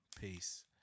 Peace